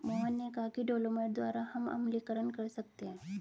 मोहन ने कहा कि डोलोमाइट द्वारा हम अम्लीकरण कर सकते हैं